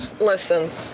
listen